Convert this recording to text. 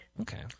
Okay